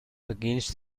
against